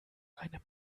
einem